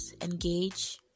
engage